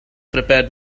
prepared